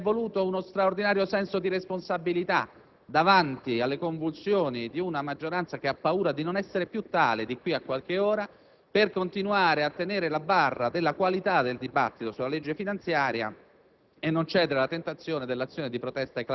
l'opposizione ha realizzato uno sforzo gigantesco per venire incontro alle convulsioni e agli attorcigliamenti di una maggioranza che era patentemente in difficoltà, non solo come maggioranza, ma anche come Governo. C'è voluto uno straordinario senso di responsabilità